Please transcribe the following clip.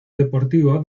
deportivo